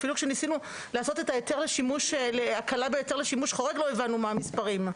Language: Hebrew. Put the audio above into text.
אפילו כשניסינו לעשות את ההקלה להיתר לשימוש חורג לא הבנו מה המספרים.